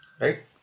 right